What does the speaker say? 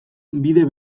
bide